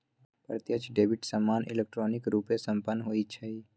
प्रत्यक्ष डेबिट सामान्य इलेक्ट्रॉनिक रूपे संपन्न होइ छइ